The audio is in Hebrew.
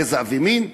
גזע ומין,